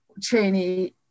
Cheney